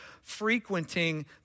frequenting